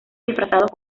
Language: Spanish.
disfrazados